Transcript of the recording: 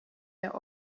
der